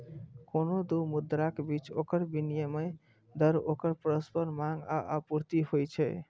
कोनो दू मुद्राक बीच ओकर विनिमय दर ओकर परस्पर मांग आ आपूर्ति होइ छै